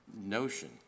notion